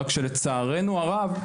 רק שלצערנו הרב,